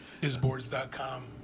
Isboards.com